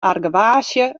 argewaasje